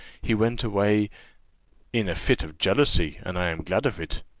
he went away in a fit of jealousy, and i am glad of it.